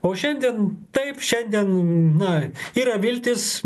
o šiandien taip šiandien na yra viltys